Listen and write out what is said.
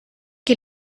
que